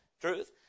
Truth